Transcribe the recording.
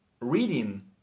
reading